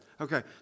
okay